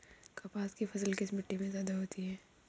कपास की फसल किस मिट्टी में ज्यादा होता है?